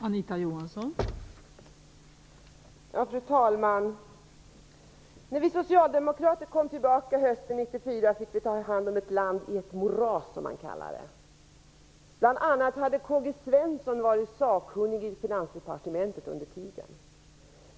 Fru talman! När vi socialdemokrater återfick regeringsansvaret hösten 1994 fick vi ta hand om ett land i ett moras som man kallar det. Bl.a. hade K. G. Svenson varit sakkunnig i Finansdepartementet under tiden.